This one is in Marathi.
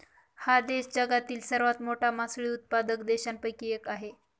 हा देश जगातील सर्वात मोठा मासळी उत्पादक देशांपैकी एक आहे